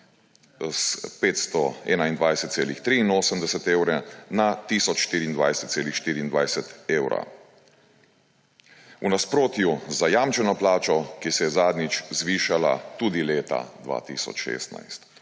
521,83 evra, na 1024,24 evra. V nasprotju z zajamčeno plačo, ki se je zadnjič zvišala tudi leta 2016,